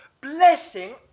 blessing